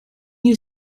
you